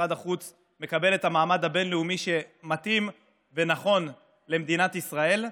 משרד החוץ מקבל את המעמד הבין-לאומי שמתאים ונכון למדינת ישראל.